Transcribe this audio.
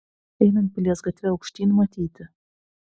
einant pilies gatve aukštyn matyti